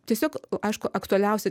tiesiog aišku aktualiausia